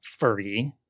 Fergie